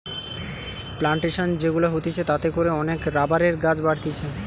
plantation যে গুলা হতিছে তাতে করে অনেক রাবারের গাছ বাড়তিছে